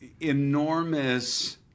enormous